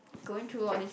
going through all these